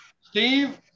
Steve